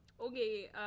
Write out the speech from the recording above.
okay